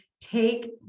take